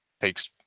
takes